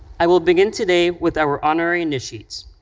i will begin today with our honorary initiates.